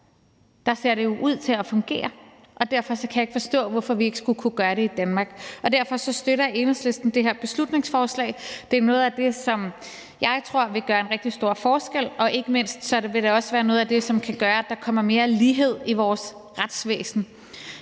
man gør det, ser ud til at fungere, og derfor kan jeg ikke forstå, hvorfor vi ikke skulle kunne gøre det i Danmark. Derfor støtter Enhedslisten det her beslutningsforslag. Det er noget af det, som jeg tror vil gøre en rigtig stor forskel, og det vil ikke mindst også være noget af det, som kan gøre, at der kommer mere lighed i vores retsvæsen,